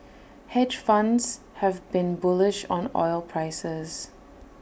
hedge funds have been bullish on oil prices